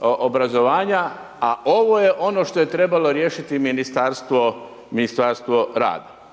obrazovanja a ovo je ono što je trebalo riješiti Ministarstvo rada.